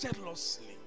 jealously